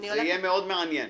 זה יהיה מאוד מעניין.